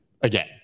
again